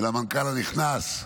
ולמנכ"ל הנכנס,